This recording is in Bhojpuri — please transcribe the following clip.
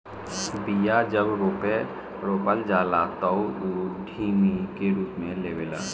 बिया जब रोपा जाला तअ ऊ डिभि के रूप लेवेला